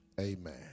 Amen